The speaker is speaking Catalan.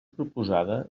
proposada